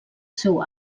seu